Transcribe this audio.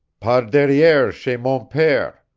par derrier' chez mon pere,